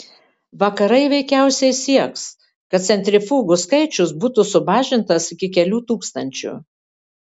vakarai veikiausiai sieks kad centrifugų skaičius būtų sumažintas iki kelių tūkstančių